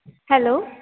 hello